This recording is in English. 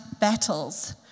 battles